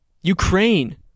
Ukraine